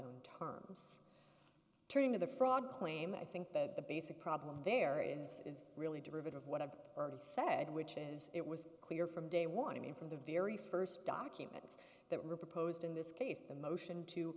own terms turning to the fraud claim i think that the basic problem there is is really derivative what i've said which is it was clear from day one i mean from the very first documents that were proposed in this case the motion to